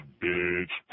bitch